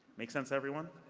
make sense, everyone?